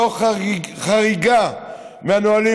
תוך חריגה מהנהלים,